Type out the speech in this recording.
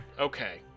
Okay